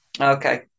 Okay